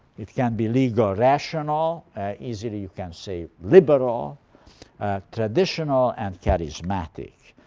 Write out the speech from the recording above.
it can be legal rational easily you can say liberal traditional and charismatic.